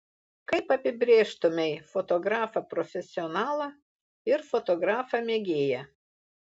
kaip apibrėžtumei fotografą profesionalą ir fotografą mėgėją